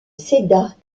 cedar